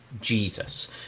Jesus